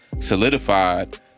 Solidified